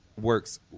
works